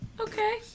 Okay